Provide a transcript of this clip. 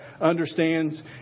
understands